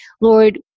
Lord